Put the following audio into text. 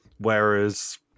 Whereas